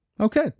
Okay